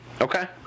Okay